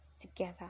together